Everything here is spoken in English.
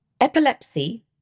epilepsy